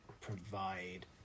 provide